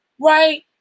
right